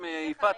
יפעת,